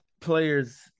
players